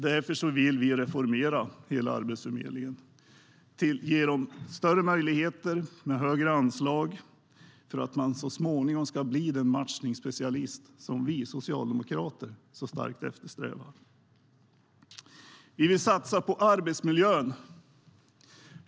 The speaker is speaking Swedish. Därför vill vi reformera hela Arbetsförmedlingen och ge den större möjligheter med högre anslag för att den så småningom ska bli den matchningsspecialist som vi socialdemokrater så starkt eftersträvar. Vi vill satsa på arbetsmiljön.